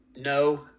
no